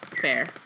Fair